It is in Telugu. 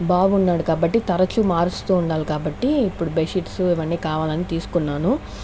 బాబున్నడు కాబట్టి ఇప్పుడు కాబట్టి తరుచు మారుస్తూ ఉండాలి ఇప్పుడు బెడ్ షీట్స్ ఇవన్నీ కావాలని తీసుకున్నాను